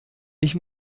ich